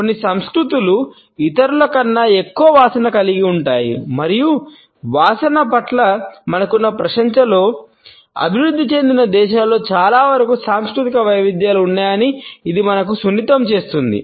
కొన్ని సంస్కృతులు ఇతరులకన్నా ఎక్కువ వాసన కలిగి ఉంటాయి మరియు వాసనల పట్ల మనకున్న ప్రశంసలో అభివృద్ధి చెందిన దేశాలలో చాలావరకు సాంస్కృతిక వైవిధ్యాలు ఉన్నాయని ఇది మనకు సున్నితం చేస్తుంది